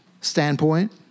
standpoint